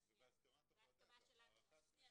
--- סיגל,